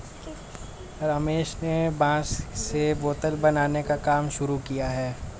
रमेश ने बांस से बोतल बनाने का काम शुरू किया है